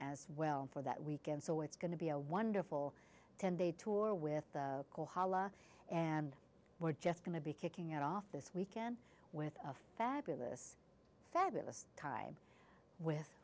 well for that weekend so it's going to be a wonderful ten day tour with hala and we're just going to be kicking it off this weekend with a fabulous fabulous time with